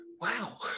Wow